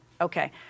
Okay